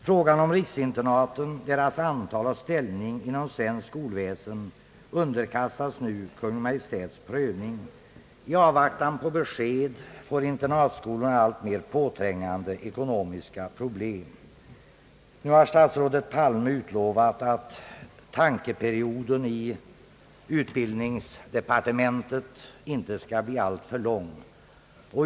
Frågan om riksinternaten, deras antal och ställning inom svenskt skolväsen, underkastas nu Kungl. Maj:ts prövning. I avvaktan på besked får internatskolorna alltmer påträngande ekonomiska problem. Nu har statsrådet Palme utlovat att »tankeperioden» i utbildningsdepartementet inte skall bli alltför lång.